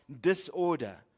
disorder